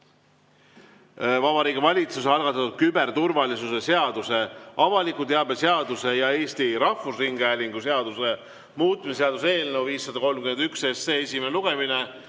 Vabariigi Valitsuse algatatud küberturvalisuse seaduse, avaliku teabe seaduse ja Eesti Rahvusringhäälingu seaduse muutmise seaduse eelnõu 531 esimene lugemine.